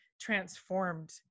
transformed